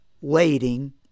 waiting